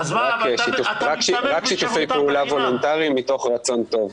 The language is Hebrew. רק שיתופי פעולה וולונטריים מתוך רצון טוב.